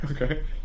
okay